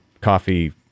coffee